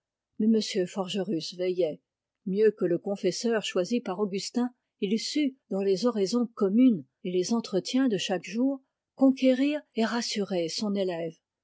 m forgerus veillait mieux que le confesseur choisi par augustin il sut dans les oraisons communes et les entretiens de chaque jour conquérir et rassurer son élève